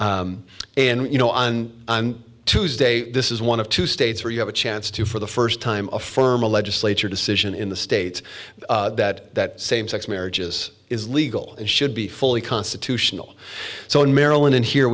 and you know on tuesday this is one of two states where you have a chance to for the first time affirm a legislature decision in the state that same sex marriages is legal and should be fully constitutional so in maryland and here